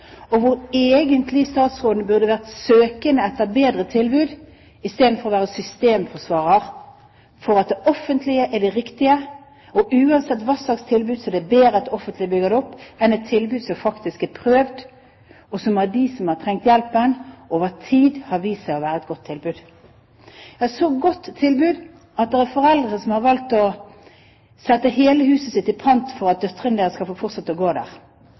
område hvor statsråden egentlig burde ha vært søkende etter bedre tilbud, istedenfor å være systemforsvarer for at det offentlige er det riktige, at uansett er det bedre at det offentlige bygger opp et tilbud, enn å prøve et tilbud som faktisk over tid har vist seg å være et godt tilbud for dem som har trengt hjelpen. Ja, det er et så godt tilbud at det er foreldre som har valgt å sette huset sitt i pant for at døtrene deres skal få fortsette å gå der,